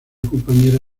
compañera